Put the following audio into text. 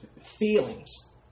Feelings